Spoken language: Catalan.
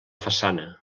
façana